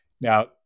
Now